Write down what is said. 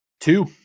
Two